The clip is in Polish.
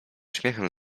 uśmiechem